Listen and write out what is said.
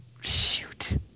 Shoot